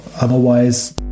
otherwise